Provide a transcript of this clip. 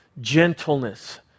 gentleness